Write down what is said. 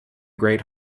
great